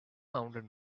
mountain